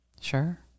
sure